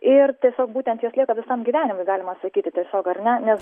ir tiesiog būtent jos lieka visam gyvenimui galima sakyti tiesiog ar ne nes